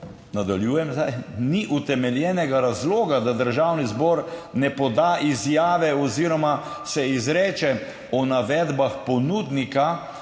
nadaljujem, zdaj ni utemeljenega razloga, da Državni zbor ne poda izjave oziroma se izreče o navedbah ponudnika